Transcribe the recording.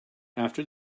after